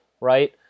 right